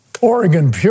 Oregon